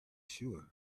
sure